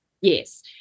Yes